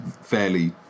fairly